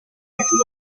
merlín